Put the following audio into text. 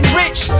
rich